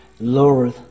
Lord